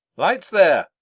lights there,